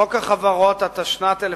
חוק החברות, התשנ"ט 1999,